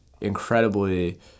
incredibly